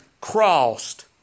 crossed